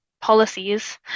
policies